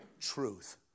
truth